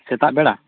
ᱥᱮᱛᱟᱜ ᱵᱮᱲᱟ